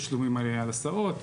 תשלומים על הסעות,